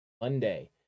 Monday